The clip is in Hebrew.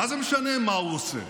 מה זה משנה מה הוא עושה?